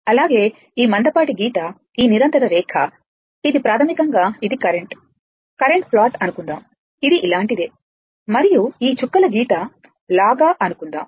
అలాగే ఈ మందపాటి గీత ఈ నిరంతర రేఖ ఇది ప్రాథమికంగా ఇది కరెంట్ కరెంట్ ప్లాట్ అనుకుందాం ఇది ఇలాంటిదే మరియు ఈ చుక్కల గీత లాగా అనుకుందాం